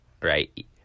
right